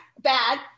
bad